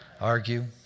Argue